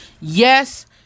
Yes